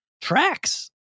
tracks